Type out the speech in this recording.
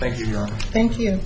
thank you thank you